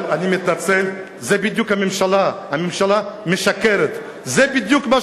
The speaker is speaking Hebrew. אבל אני מתנצל, זה בדיוק הממשלה.